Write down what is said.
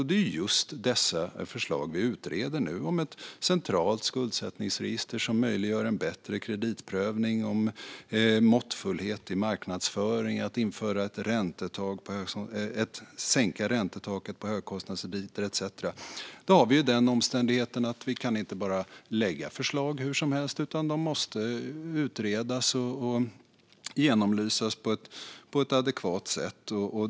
Det är just dessa förslag vi utreder nu - förslag om ett centralt skuldsättningsregister som möjliggör en bättre kreditprövning, om måttfullhet i marknadsföring, om att sänka räntetaket på högkostnadskrediter etcetera. Då har vi den omständigheten att vi inte bara kan lägga fram förslag hur som helst, utan de måste utredas och genomlysas på ett adekvat sätt.